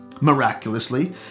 miraculously